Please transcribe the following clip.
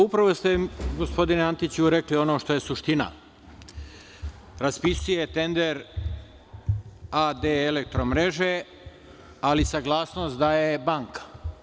Upravo ste, gospodine Antiću, rekli ono što je suština - raspisuje tender a.d. „Elektromreže“ ali saglasnost daje banka.